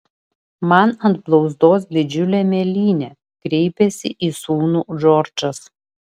man ant blauzdos didžiulė mėlynė kreipėsi į sūnų džordžas